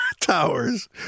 towers